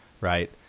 right